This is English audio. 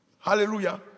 Hallelujah